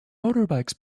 motorbikes